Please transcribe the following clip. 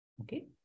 Okay